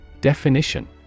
Definition